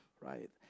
Right